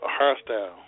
hairstyle